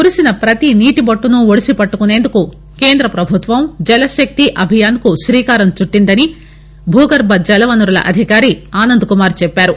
కురిసిన పతి నీటి బొట్టును ఒడిసి పట్టుకునేందుకు కేంద పభుత్వం జలశక్తి అభియాన్కు శ్రీకారం చుట్లిందని భూగర్బ జలవనరుల అధికారి ఆనంద్కుమార్ చెప్పారు